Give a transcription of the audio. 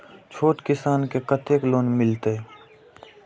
छोट किसान के कतेक लोन मिलते?